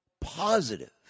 positive